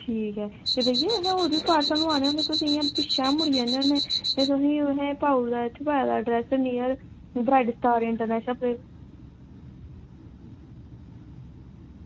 ठीक ऐ ते भैया असें होर बी पॉर्सल मंगवाने होंदे तुस इंया मुड़ी जंदे होने पिच्छें ते तुसें एह् इत्थें एड्रैस पाये दा निअर ब्राईट स्टार मेरे स्हाबै